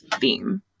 theme